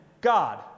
God